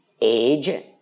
Age